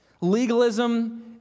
Legalism